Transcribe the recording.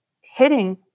hitting